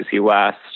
West